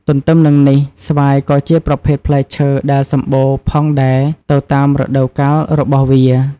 ទន្ទឹមនឹងនេះស្វាយក៏ជាប្រភេទផ្លែឈើដែរសម្បូរផងដែរទៅតាមរដូវការរបស់វា។